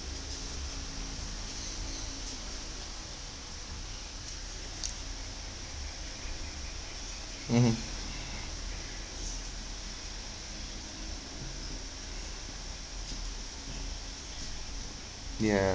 mmhmm ya